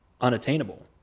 unattainable